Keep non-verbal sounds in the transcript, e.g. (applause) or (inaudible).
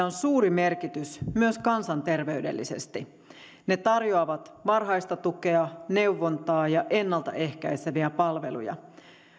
(unintelligible) on suuri merkitys myös kansanterveydellisesti ne tarjoavat varhaista tukea neuvontaa ja ennalta ehkäiseviä palveluja